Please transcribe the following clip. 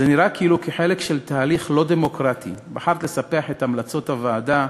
נראה שכחלק מתהליך לא דמוקרטי בחרת לספח את המלצות הוועדה,